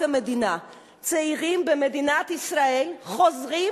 המדינה צעירים במדינת ישראל חוזרים,